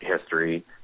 history